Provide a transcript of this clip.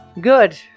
Good